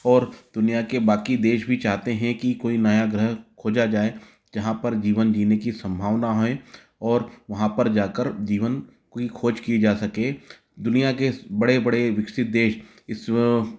और दुनिया के बाकी देश भी चाहते हैं कि कोई नया ग्रह खोजा जाए जहाँ पर जीवन जीने की सम्भावना हैं और वहाँ पर जा कर जीवन की खोज की जा सके दुनिया के बड़े बड़े विकसित देश इसमें